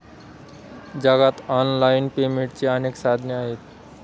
जगात ऑनलाइन पेमेंटची अनेक साधने आहेत